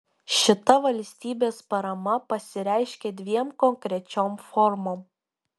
šita valstybės parama pasireiškia dviem konkrečiom formom